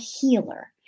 healer